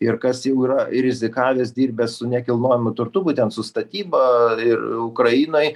ir kas jau yra rizikavęs dirbęs su nekilnojamu turtu būtent su statyba ir ukrainoj